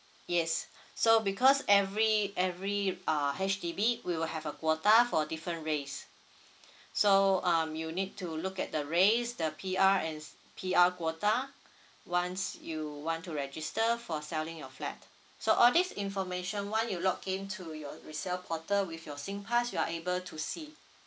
yes so because every every uh H_D_B we will have a quota for different race so um you need to look at the race the P_R and P_R quota once you want to register for selling your flat so all this information one you log in to your resell portal with your singpass you are able to see